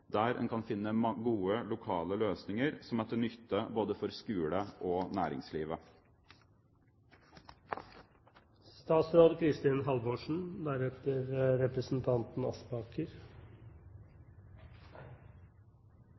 der man kan finne gode lokale løsninger som er til nytte både for skole og